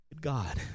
God